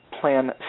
plan